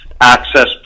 access